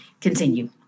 continue